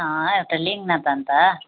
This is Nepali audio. एउटा लिऊँ न त अन्त